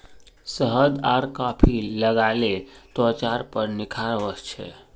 शहद आर कॉफी लगाले त्वचार पर निखार वस छे